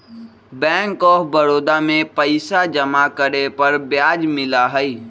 bank of Baroda में पैसा जमा करे पर ब्याज मिला हई